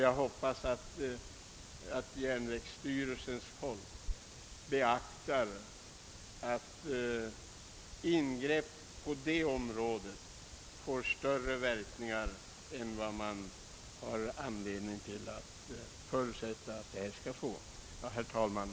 Jag hoppas därför att järnvägsstyrelsens folk beaktar att ingrepp på det området får större verkningar än man har anledning att förutsätta att de nu aktuella restriktionerna skall behöva få. Herr talman!